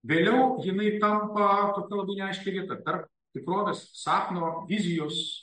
vėliau jinai tampa tokia labai neaiškia vieta tarp tikrovės sapno vizijos